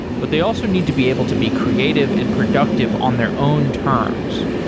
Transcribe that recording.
but they also need to be able to be creative and productive on their own terms.